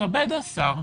יתכבד השר,